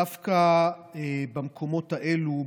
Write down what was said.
דווקא במקומות האלה,